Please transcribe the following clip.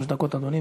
שלוש דקות, אדוני.